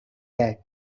that